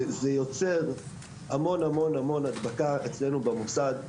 זה יוצר המון המון הדבקה אצלנו במוסד.